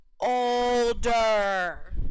older